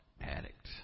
addict